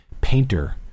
painter